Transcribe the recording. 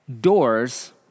doors